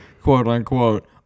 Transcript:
quote-unquote